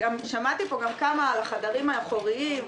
שמעתי כאן גם על החדרים האחוריים.